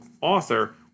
author